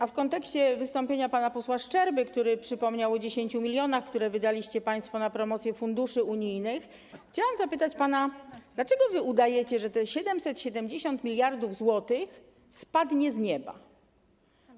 A w kontekście wystąpienia pana posła Szczerby, który przypomniał o 10 mln, które wydaliście państwo na promocję funduszy unijnych, chciałam zapytać pana: Dlaczego udajecie, że te 770 mld zł spadnie z nieba?